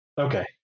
Okay